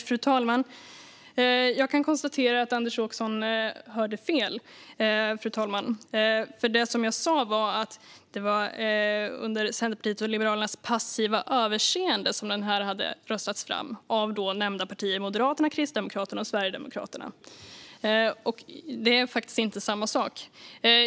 Fru talman! Jag kan konstatera att Anders Åkesson hörde fel. Det jag sa var att det var under Centerpartiets och Liberalernas passiva överseende som den hade röstats fram av då nämnda partier - Moderaterna, Kristdemokraterna och Sverigedemokraterna. Det är faktiskt inte samma sak.